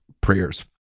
prayers